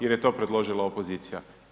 Jer je to predložila opozicija.